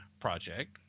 project